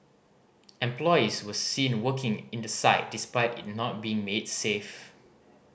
employees were seen working in the site despite it not being made safe